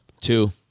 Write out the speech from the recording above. Two